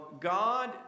God